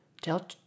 Tell